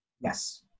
Yes